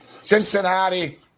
Cincinnati